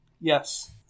Yes